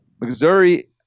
Missouri